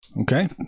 okay